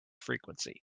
frequency